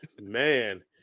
Man